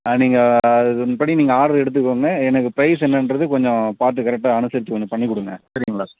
ஆ நீங்கள் அதன்படி நீங்கள் ஆட்ரு எடுத்துக்கோங்க எனக்கு ப்ரைஸ் என்னென்றது கொஞ்சம் பார்த்து கரெக்டாக அனுசரித்து கொஞ்சம் பண்ணிக்கொடுங்க சரிங்களா